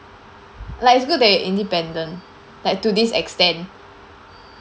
like it's good that you're independent like to this extent